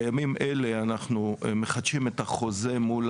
בימים אלה אנחנו מחדשים את החוזה מול